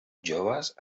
joves